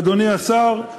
אדוני השר,